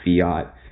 Fiat